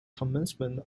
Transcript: commencement